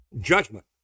Judgment